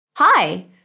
Hi